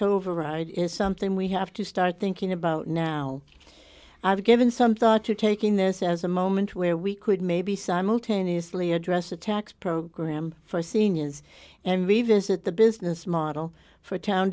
next override is something we have to start thinking about now i've given some thought to taking this as a moment where we could maybe simultaneously address a tax program for seeing is and revisit the business model for town